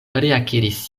reakiris